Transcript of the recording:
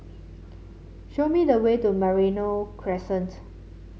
show me the way to Merino Crescent